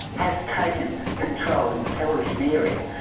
has taken control in the television area.